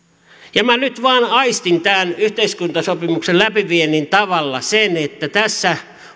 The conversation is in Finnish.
minä nyt vain aistin tämän yhteiskuntasopimuksen läpiviennin tavasta sen että tässä